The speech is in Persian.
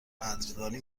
قدردانی